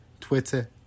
Twitter